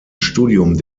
studium